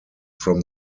from